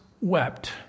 wept